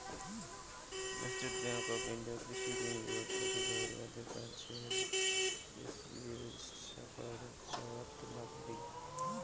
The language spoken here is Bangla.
স্টেট ব্যাংক অফ ইন্ডিয়ার কৃষি ঋণ গুলার সঠিক খবরের বাদে কাছের এস.বি.আই শাখাত যাওয়াৎ লাইগবে